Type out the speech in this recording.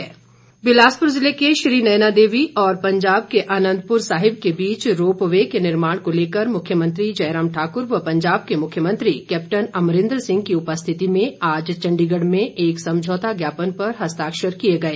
समझौता ज्ञापन बिलासपुर जिले के श्री नैनादेवी और पंजाब के आनंदपुर साहिब के बीच रोपवे के निर्माण को लेकर मुख्यमंत्री जयराम ठाकुर व पंजाब के मुख्यमंत्री कैप्टन अमरिंदर सिंह की उपस्थिति में आज चंडीगढ़ में एक समझौता ज्ञापन पर हस्ता्क्षर किए गए